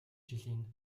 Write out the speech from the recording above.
жилийн